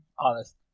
honest